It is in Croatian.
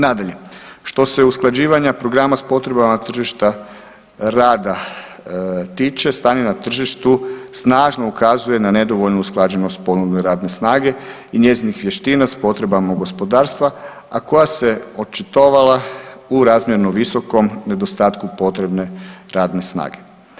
Nadalje, što se usklađivanja programa s potrebama tržišta rada tiče stanje na tržištu snažno ukazuje na nedovoljnu usklađenost ponude radne snage i njezinih vještina s potrebama gospodarstva, a koja se očitovala u razmjerno visokom nedostatku potrebne radne snage.